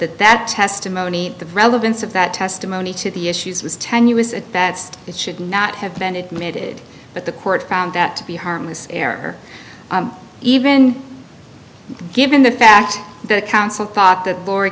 that that testimony the relevance of that testimony to the issues was tenuous at best it should not have been admitted but the court found that to be harmless error even given the fact the council thought that